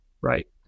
right